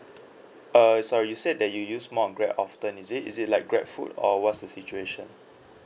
err sorry you said that you use more on Grab often is it is it like Grabfood or what's the situation